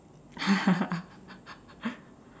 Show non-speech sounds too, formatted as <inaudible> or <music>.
<laughs>